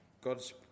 God's